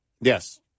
Yes